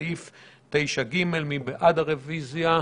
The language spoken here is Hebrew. בסעיף 9ג. מי בעד הרביזיה?